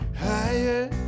higher